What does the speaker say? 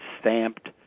stamped